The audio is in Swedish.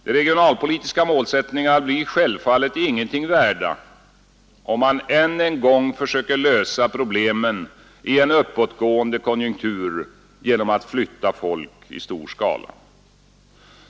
De regionalpolitiska målsättningarna blir självfallet ingenting värda, om man än en gång a problemen i en uppåtgående konjunktur genom att flytta folk i stor skala.